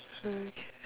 hmm